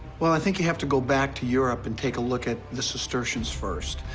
well, i think you have to go back to europe and take a look at the cistercians first.